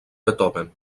beethoven